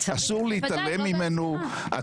אסור להתעלם ממנו.